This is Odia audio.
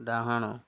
ଡାହାଣ